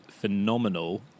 phenomenal